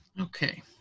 Okay